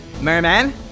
Merman